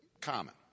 common